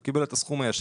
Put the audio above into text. הוא קיבל את הסכום הישן.